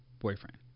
boyfriend